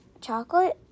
chocolate